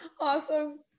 Awesome